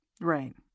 Right